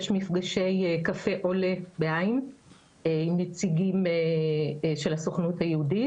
יש מפגשי קפה עולה עם נציגים של הסוכנות היהודית.